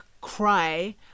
cry